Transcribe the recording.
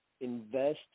invest